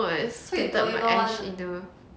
oh my is like ash funeral